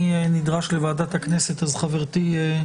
אני נדרש לוועדת הכנסת אז חברתי,